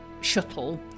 shuttle